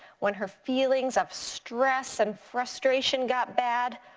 when her feelings of stress and frustration got bad,